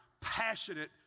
passionate